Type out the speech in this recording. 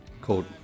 called